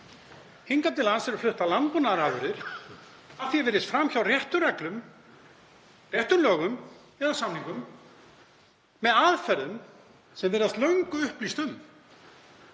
Hingað til lands eru fluttar landbúnaðarafurðir, að því er virðist fram hjá réttu reglum, réttum lögum eða samningum með aðferðum sem virðist löngu upplýst um.